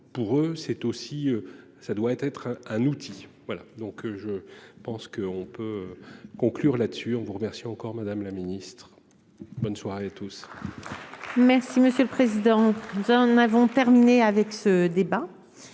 aussi ça doit être un outil. Voilà donc je pense qu'on peut. Conclure là-dessus, on vous remercie encore Madame la Ministre. Bonne soirée à tous. Merci monsieur le président. Nous en avons terminé avec ce débat.